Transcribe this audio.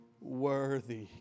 Worthy